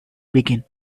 begin